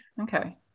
okay